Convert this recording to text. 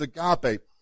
agape